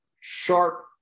sharp